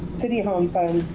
city home funds,